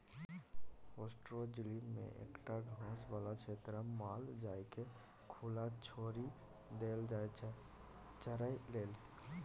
pastoralism मे एकटा घास बला क्षेत्रमे माल जालकेँ खुला छोरि देल जाइ छै चरय लेल